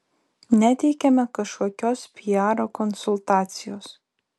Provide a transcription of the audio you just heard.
neteikiame kažkokios piaro konsultacijos